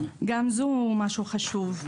גם זה משהו חשוב.